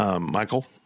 Michael